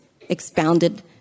expounded